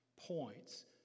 points